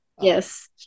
Yes